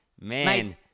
man